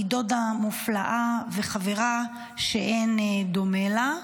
היא דודה מופלאה וחברה שאין דומה לה.